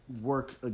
work